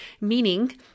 Meaning